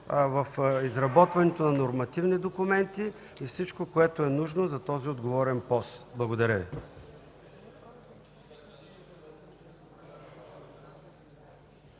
в изработването на нормативни документи и всичко, което е нужно за този отговорен пост. Благодаря